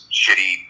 shitty